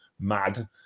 mad